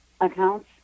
accounts